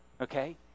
Okay